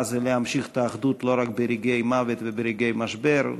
זה להמשיך את האחדות לא רק ברגעי מוות וברגעי משבר.